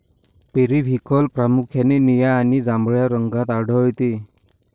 periwinkle प्रामुख्याने निळ्या आणि जांभळ्या रंगात आढळते